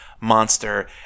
monster